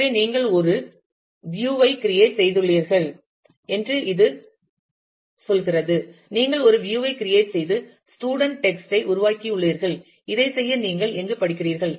எனவே நீங்கள் ஒரு வியூ ஐ கிரியேட் செய்துள்ளீர்கள் என்று இது சொல்கிறது நீங்கள் ஒரு வியூ ஐ கிரியேட் செய்து ஸ்டூடன்ட் டெக்ஸ்ட் ஐ உருவாக்கியுள்ளீர்கள் இதைச் செய்ய நீங்கள் எங்கு படிக்கிறீர்கள்